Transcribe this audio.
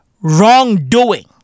wrongdoing